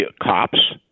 cops